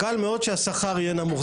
קל מאוד שהשכר יהיה נמוך.